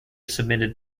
submitted